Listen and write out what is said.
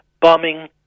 bombing